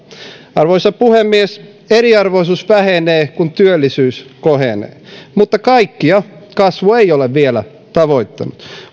arvoisa puhemies eriarvoisuus vähenee kun työllisyys kohenee mutta kaikkia kasvu ei ole vielä tavoittanut